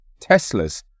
Teslas